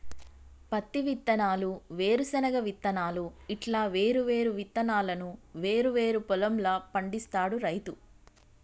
పత్తి విత్తనాలు, వేరుశన విత్తనాలు ఇట్లా వేరు వేరు విత్తనాలను వేరు వేరు పొలం ల పండిస్తాడు రైతు